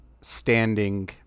standing